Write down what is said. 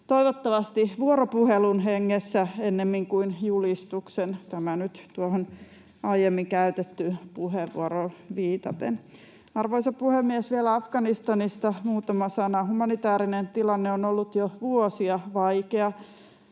Toivottavasti vuoropuhelun hengessä ennemmin kuin julistuksen — tämä nyt tuohon aiemmin käytettyyn puheenvuoron viitaten. Arvoisa puhemies! Vielä Afganistanista muutama sana. Humanitäärinen tilanne on ollut jo vuosia vaikea.